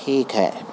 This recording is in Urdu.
ٹھیک ہے